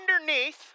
underneath